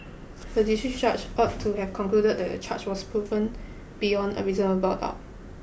the district judge ought to have concluded that the charge was proved beyond a reasonable doubt